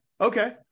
Okay